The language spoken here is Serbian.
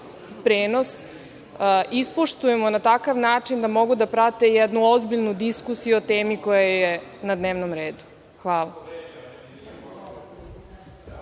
prenos ispoštujemo na takav način da mogu da prate jednu ozbiljnu diskusiju o temi koja je na dnevnom redu. Hvala